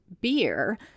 beer